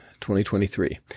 2023